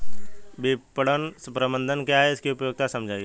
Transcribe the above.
विपणन प्रबंधन क्या है इसकी उपयोगिता समझाइए?